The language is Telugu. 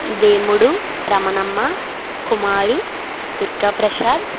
దేముడు రమణమ్మ కుమారు దుర్గాప్రసాద్